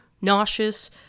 nauseous